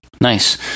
Nice